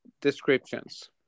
descriptions